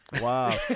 Wow